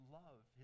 love